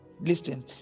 listen